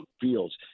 fields